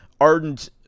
ardent